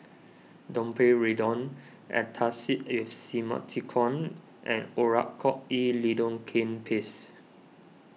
Domperidone Antacid with Simethicone and Oracort E Lidocaine Paste